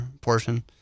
portion